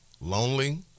lonely